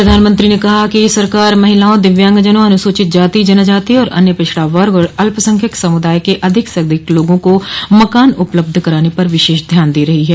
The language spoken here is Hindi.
प्रधानमंत्री ने कहा कि सरकार महिलाओं दिव्यांगजनों अनुसूचित जाति जनजाति और अन्य पिछड़ा वर्ग और अल्पसंख्यक समूदाय के अधिक स अधिक लोगों को मकान उपलब्ध कराने पर विशेष ध्यान दे रही है